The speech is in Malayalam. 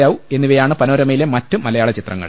യൌ എന്നിവയാണ് പനോരമയിലെ മറ്റു മലയാള ചിത്രങ്ങൾ